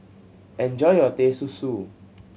enjoy your Teh Susu